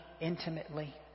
intimately